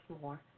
more